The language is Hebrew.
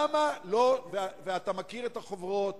אתה מכיר את החוברות